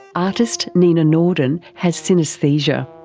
artist nina norden has synaesthesia.